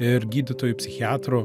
ir gydytoju psichiatru